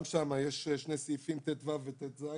גם שם יש שני סעיפים, טו ו-טז שהתהפכו.